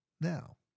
Now